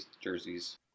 jerseys